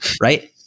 right